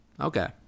okay